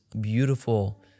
beautiful